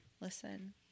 Listen